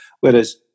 Whereas